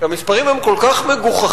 כי המספרים הם כל כך מגוחכים.